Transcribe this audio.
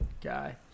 guy